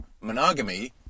monogamy